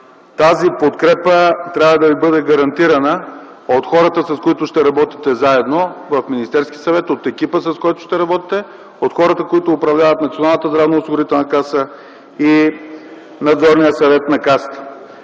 Тази подкрепа трябва да Ви бъде гарантирана от хората, с които ще работите заедно в Министерския съвет, от екипа, с който ще работите, от хората, които управляват Националната здравноосигурителна каса и Надзорния съвет на Касата.